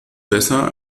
besser